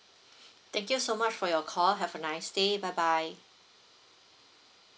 thank you so much for your call have a nice day bye bye